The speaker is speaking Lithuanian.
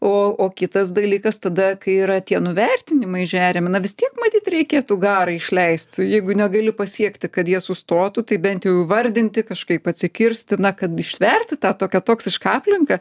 o o kitas dalykas tada kai yra tie nuvertinimai žeriami na vis tiek matyt reikėtų garą išleist jeigu negali pasiekti kad jie sustotų tai bent jų įvardinti kažkaip atsikirsti na kad ištverti tą tokią toksišką aplinką